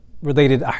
Related